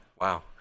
wow